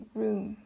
room